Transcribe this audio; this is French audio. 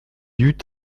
eut